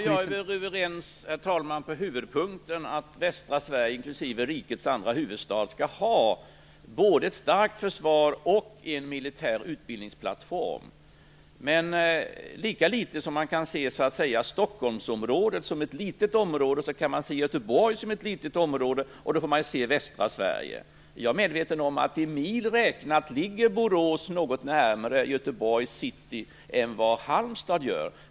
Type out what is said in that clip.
Herr talman! Jag håller med Åke Carnerö om att västra Sverige inklusive rikets andra stad skall ha både ett starkt försvar och en militär utbildningsplattform. Men lika litet som man kan se Stockholmsområdet som ett litet område kan man göra det med Göteborg, utan man får se till västra Sverige. Jag är medveten om att i mil räknat ligger Borås något närmare Göteborgs centrum än vad Halmstad gör.